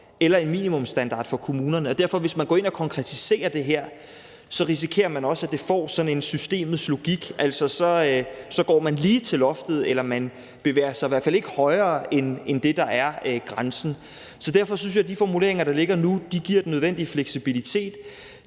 eller en minimumsstandard for kommunerne. Så hvis man går ind og konkretiserer det her, risikerer man derfor også, at det får sådan en systemets logik. Så går man lige til loftet eller man bevæger sig i hvert fald ikke højere end det, der er grænsen. Derfor synes jeg, at de formuleringer, der ligger nu, giver den nødvendige fleksibilitet.